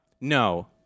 no